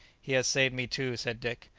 he has saved me too, said dick.